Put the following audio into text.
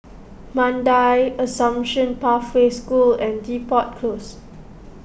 Mandai Assumption Pathway School and Depot Close